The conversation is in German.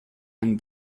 einen